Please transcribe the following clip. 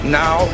now